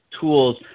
tools